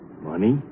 Money